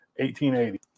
1880